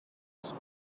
was